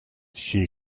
she